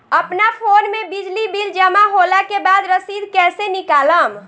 अपना फोन मे बिजली बिल जमा होला के बाद रसीद कैसे निकालम?